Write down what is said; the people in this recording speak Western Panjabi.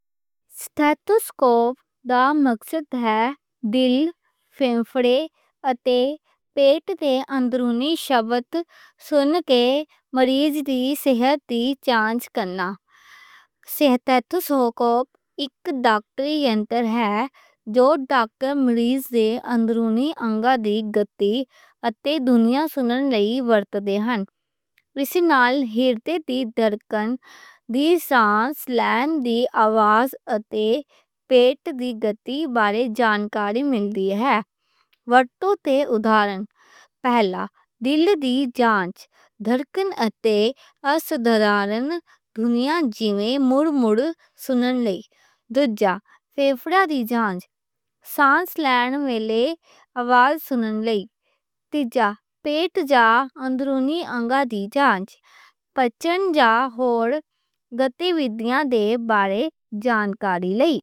سٹیٹھوسکوپ دا مقصد دل، پھپھڑے اتے پیٹ دے اندرونی آواز سن کے مریض دی صحت دی جانچ کرنا ہے۔ سٹیٹھوسکوپ اک داکتری انسٹرومنٹ ہے جو ڈاکٹر مریض دے اندرونی انگاں دی گتی اتے دھونیاں سنن لئی ورت دے ہن۔ وِشینال دل دی دھڑکن، سانس لین دی آواز اتے پیٹ دی گتی بارے جانکاری مل دی ہے۔ ورتوں تے ادھارن، پہلا دل دی جانچ، دھڑکن اتے اصل دھڑکن دھونیاں جیویں مڑ مڑ سنن لئی۔ دوجھا، پھپھڑیاں دی جانچ، سانس لین والی آواز سنن لئی۔ تیجا، پیٹ یا اندرونی انگاں دی جانچ، پچن یا ہور گتی ودھیا بارے جانکاری لئی۔